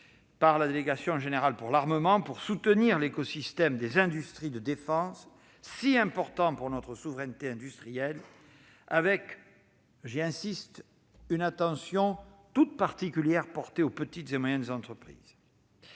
par la direction générale de l'armement pour soutenir l'écosystème des industries de défense, si important pour notre souveraineté industrielle, avec une attention toute particulière portée aux petites et moyennes entreprises.